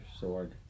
sword